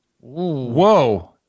Whoa